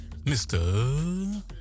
mr